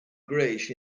grayish